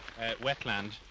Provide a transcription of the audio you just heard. wetland